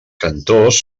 cantors